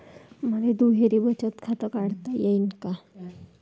मले दुहेरी बचत खातं काढता येईन का?